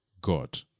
God